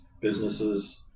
businesses